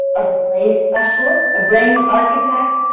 a play specialist, a brain architect,